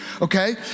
okay